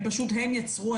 הם פשוט הם יצרו,